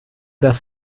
das